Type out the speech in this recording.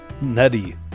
Nutty